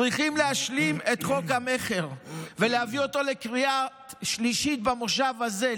צריכים להשלים את חוק המכר ולהביא אותו לקריאה שלישית במושב הזה,